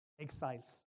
exiles